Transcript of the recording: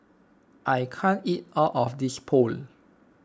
I can't eat all of this Pho